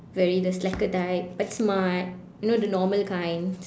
very the slacker type but smart you know the normal kind